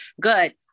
good